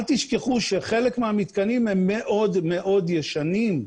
אל תשכחו שחלק מהמתקנים הם מאוד מאוד ישנים.